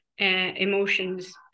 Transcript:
emotions